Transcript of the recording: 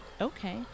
Okay